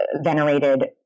venerated